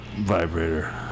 vibrator